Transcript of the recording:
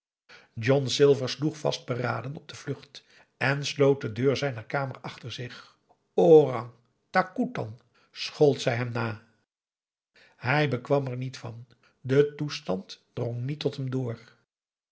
john silver sloeg vastberaden op de vlucht en sloot de deur zijner kamer achter zich orang takoetan schold zij hem na hij bekwam er niet van de toestand drong niet tot hem door